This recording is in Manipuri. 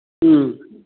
ꯎꯝ